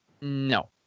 no